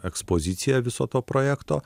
ekspozicija viso to projekto